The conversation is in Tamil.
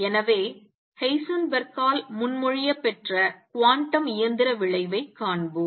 எனவே ஹெய்சன்பெர்க்கால் முன்மொழியப்பெற்ற குவாண்டம் இயந்திர விளைவைக் காண்போம்